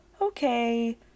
okay